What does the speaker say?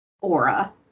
aura